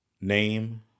name